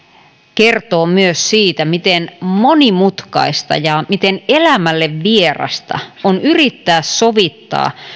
kertoo myös siitä miten monimutkaista ja miten elämälle vierasta on yrittää sovittaa